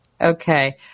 okay